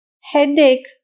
Headache